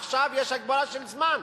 עכשיו יש הגבלה של זמן,